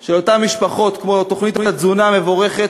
של אותן משפחות, כמו תוכנית התזונה המבורכת,